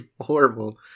horrible